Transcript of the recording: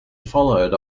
followed